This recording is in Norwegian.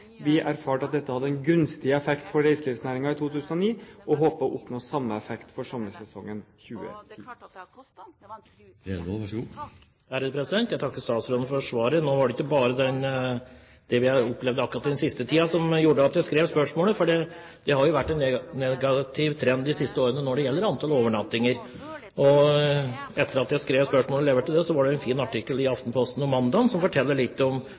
Vi erfarte at dette hadde en gunstig effekt for reiselivsnæringen i 2009, og håper å oppnå samme effekt for sommersesongen 2010. Jeg takker statsråden for svaret. Nå var det ikke bare det vi har opplevd akkurat den siste tiden, som gjorde at jeg skrev spørsmålet, for det har vært en negativ trend de siste årene når det gjelder antall overnattinger. Etter at jeg skrev spørsmålet og leverte det, var det en fin artikkel i Aftenposten på mandag som forteller litt om